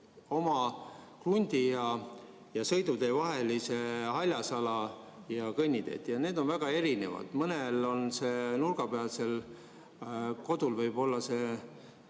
oma krundi ja sõidutee vahelise haljasala ja kõnniteed. Need on aga väga erinevad – mõnel nurgapealsel kodul võib-olla üle